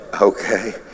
Okay